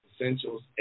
Essentials